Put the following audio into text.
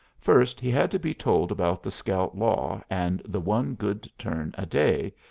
first, he had to be told about the scout law and the one good turn a day,